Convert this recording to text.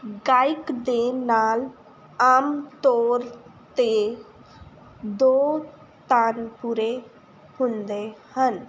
ਗਾਇਕ ਦੇ ਨਾਲ ਆਮ ਤੌਰ 'ਤੇ ਦੋ ਤਾਨਪੁਰੇ ਹੁੰਦੇ ਹਨ